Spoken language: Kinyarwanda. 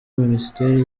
minisiteri